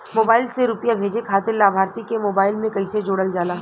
Mobile से रूपया भेजे खातिर लाभार्थी के मोबाइल मे कईसे जोड़ल जाला?